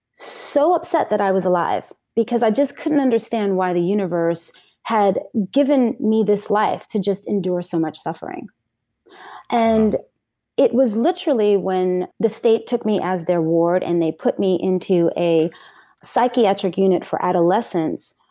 so upset that i was alive, because i just couldn't understand why the universe had given me this life to just endure so much suffering and it was literally when the state took me as their ward and they put me into a psychiatric unit for adolescents.